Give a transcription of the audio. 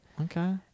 Okay